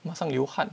马上流汗